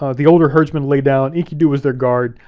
ah the older herdsmen lay down. enkidu was their guard.